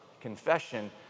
confession